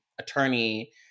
attorney